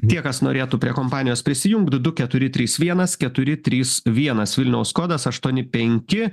tie kas norėtų prie kompanijos prisijungt du du keturi trys vienas keturi trys vienas vilniaus kodas aštuoni penki